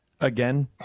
Again